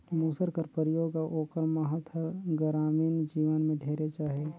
मूसर कर परियोग अउ ओकर महत हर गरामीन जीवन में ढेरेच अहे